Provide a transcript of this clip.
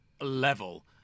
level